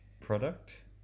Product